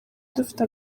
dufite